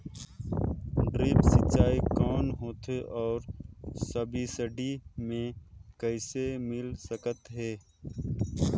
Drip सिंचाई कौन होथे अउ सब्सिडी मे कइसे मिल सकत हे?